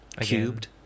Cubed